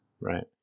Right